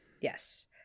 Yes